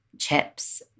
chips